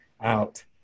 out